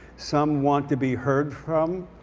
some want to be heard from.